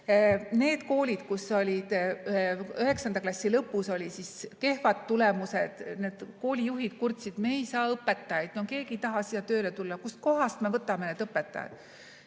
Need koolid, kus 9. klassi lõpus olid kehvad tulemused, need koolijuhid kurtsid: me ei saa õpetajaid, keegi ei taha siia tööle tulla, kust kohast me võtame need õpetajad?